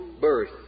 birth